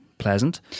Pleasant